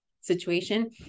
situation